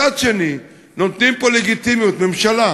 מצד שני, נותנים פה לגיטימיות, ממשלה